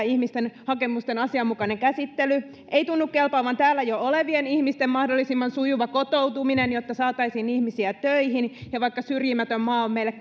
ihmisten hakemusten asianmukainen käsittely ei tunnu kelpaavan täällä jo olevien ihmisten mahdollisimman sujuva kotoutuminen jotta saataisiin ihmisiä töihin ja vaikka syrjimätön maa on meille